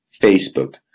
Facebook